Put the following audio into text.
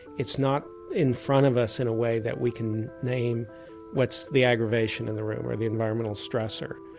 it's not in front of us in a way that we can name what's the aggravation in the room, or the environmental stressor.